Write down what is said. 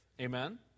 Amen